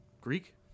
Greek